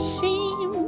seem